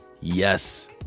Yes